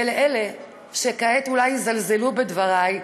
ולאלו שכעת אולי יזלזלו בדבריי,